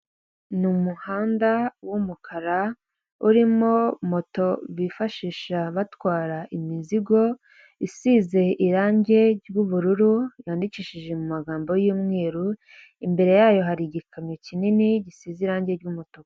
Ni umuhanda w'umukara urimo moto bifashisha batwara imizigo isize irangi ry'ubururu yandikishije mu mumagambo y'umweru imbere yayo hari igikamyo kinini gisize irangi ry'umutuku.